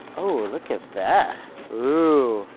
oh look at that ooh,